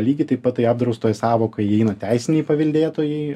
lygiai taip pat į apdraustojo sąvoką įeina teisiniai paveldėtojai